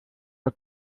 der